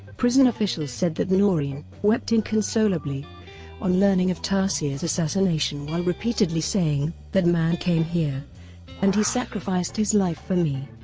prison officials said that noreen wept inconsolably on learning of taseer's assassination while repeatedly saying, that man came here and he sacrificed his life for me.